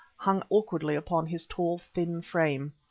hung awkwardly upon his tall, thin frame.